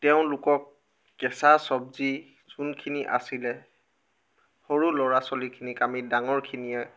তেওঁলোকক কেচা চব্জি যোনখিনি আছিলে সৰু ল'ৰা ছোৱালীখিনিক আমি ডাঙৰখিনিয়ে